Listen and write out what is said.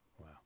Wow